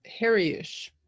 hairyish